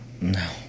No